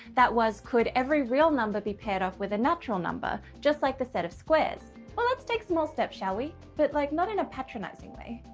that was, could every real number be paired off with a natural number just like the set of squares. well let's take small steps shall, we but like not in a patronizing way.